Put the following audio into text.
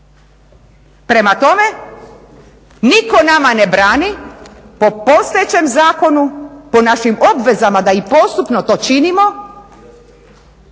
Prema tome, nitko nama ne brani po postojećem zakonu, po našim obvezama da i postupno to činimo